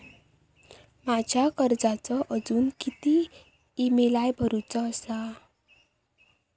माझ्या कर्जाचो अजून किती ई.एम.आय भरूचो असा?